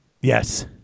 Yes